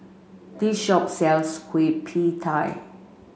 this shop sells Kueh Pie Tee